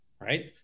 right